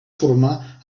formar